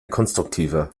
konstruktiver